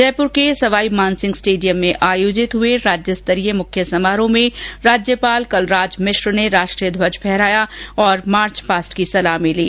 जयपुर के सवाईमानसिंह स्टेडियम में आयोजित हुए राज्यस्तरीय मुख्य समारोह में राज्यपाल कलराज मिश्र ने राष्ट्रीय ध्वज फहराया और मार्चपास्ट की सलामी ली